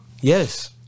Yes